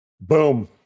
Boom